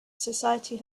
society